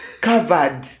covered